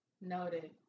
Noted